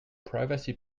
privacy